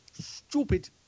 stupid